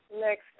Next